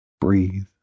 Breathe